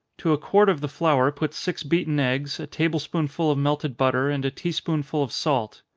to a quart of the flour put six beaten eggs, a table-spoonful of melted butter, and a tea-spoonful of salt.